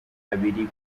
abiri